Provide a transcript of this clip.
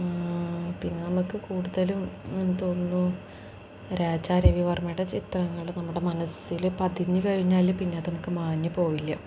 പിന്നെ നമുക്ക് കൂടുതലും തോന്നുന്നു രാജാരവി വർമ്മയുടെ ചിത്രങ്ങൾ നമ്മുടെ മനസ്സിൽ പതിഞ്ഞു കഴിഞ്ഞാൽ പിന്നെ നമുക്ക് മാഞ്ഞു പോകില്ല